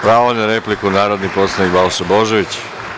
Pravo na repliku, narodni poslanik Balša Božović.